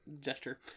gesture